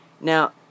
Now